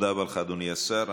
תודה רבה לך, אדוני השר.